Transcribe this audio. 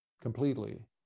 completely